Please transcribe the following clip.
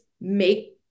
make